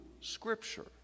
scripture